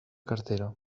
cartera